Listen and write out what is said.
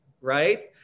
right